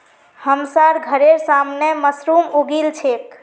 हमसार घरेर सामने मशरूम उगील छेक